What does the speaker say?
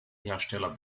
hersteller